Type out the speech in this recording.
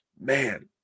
man